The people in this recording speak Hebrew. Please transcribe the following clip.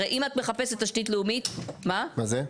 הרי, אם את מחפשת תשתית לאומית --- מה זה?